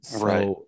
Right